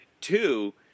Two